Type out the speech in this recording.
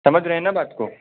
समझ रहे हैं ना बात को